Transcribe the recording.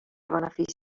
beneficiari